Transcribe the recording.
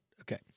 Okay